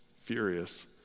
Furious